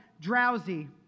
drowsy